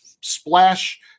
splash